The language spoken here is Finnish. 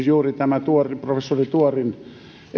juuri tämä professori tuorin